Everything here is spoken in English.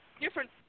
Different